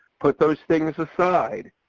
put those things aside,